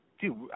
Dude